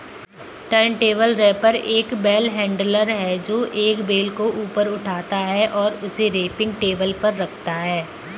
turntable wrapper एक bale handler है, जो एक बेल को ऊपर उठाता है और उसे रैपिंग टेबल पर रखता है